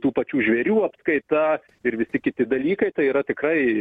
tų pačių žvėrių apskaita ir visi kiti dalykai tai yra tikrai